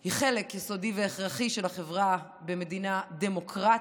היא חלק יסודי והכרחי של החברה במדינה דמוקרטית.